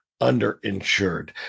underinsured